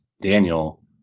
Daniel